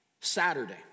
Saturday